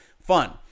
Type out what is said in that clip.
Fun